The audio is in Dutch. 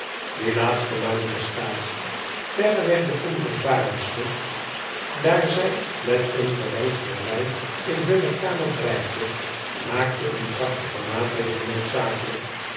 die laatste manifestatie verreweg de onrustbarendste wijl zij met een verlengd verblijf in htmne kamer dreigde maakte een krachtigen maatregel noodzakelijk